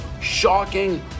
shocking